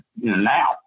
now